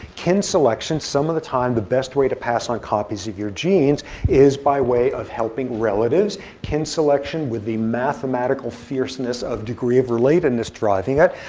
kin selection. some of the time, the best way to pass on copies of your genes is by way of helping relatives. kin selection, with the mathematical fierceness of degree of relatedness driving it.